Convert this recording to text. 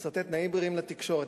לסרטט תנאים בריאים לתקשורת,